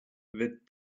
that